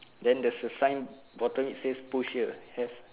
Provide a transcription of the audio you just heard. then there's a sign bottom it says push here have